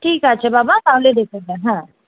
ঠিক আছে বাবা তাহলে রেখে দে হ্যাঁ